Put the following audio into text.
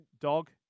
dog